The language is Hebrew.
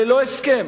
ללא הסכם.